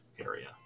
area